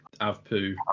AVPU